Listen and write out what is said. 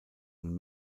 und